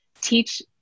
teach